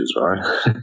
right